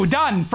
done